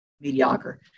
mediocre